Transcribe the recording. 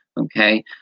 okay